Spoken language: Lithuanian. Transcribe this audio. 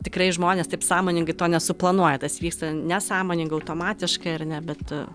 tikrai žmonės taip sąmoningai to nesuplanuoja tas vyksta nesąmoningai automatiškai ar ne bet